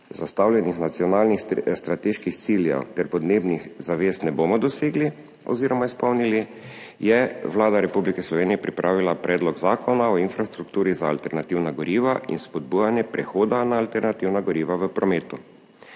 zastavljenih nacionalnih strateških ciljev ter podnebnih zavez ne bomo dosegli oziroma izpolnili, je Vlada Republike Slovenije pripravila Predlog zakona o infrastrukturi za alternativna goriva in spodbujanje prehoda na alternativna goriva v prometu.